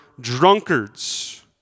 drunkards